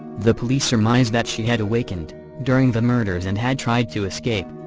the police surmised that she had awakened during the murders and had tried to escape.